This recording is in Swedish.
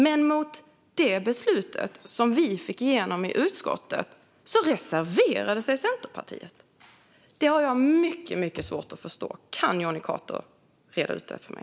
Men mot det beslutet, som vi fick igenom i utskottet, reserverade sig Centerpartiet. Det har jag mycket svårt att förstå. Kan Jonny Cato reda ut det för mig?